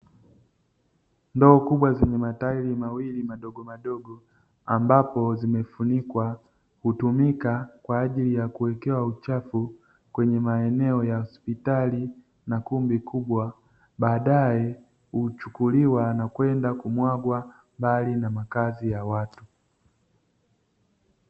Ndoo kubwa zenye matairi mawili madogomadogo ambapo zimefunikwa, hutumika kwa ajili ya kuwekewa uchafu kwenye maeneo ya hospitali na kumbi kubwa, baadaye huchuliwa na kwenda kumwagwa mbali na makazi ya watu.